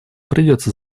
придется